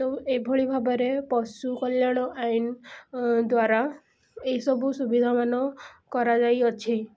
ତ ଏଇଭଳି ଭାବରେ ପଶୁକଲ୍ୟାଣ ଆଇନ୍ ଦ୍ୱାରା ଏଇସବୁ ସୁବିଧାମାନ କରାଯାଇଅଛି